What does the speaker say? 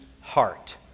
heart